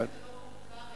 אני יודעת שזה לא פופולרי,